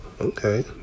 okay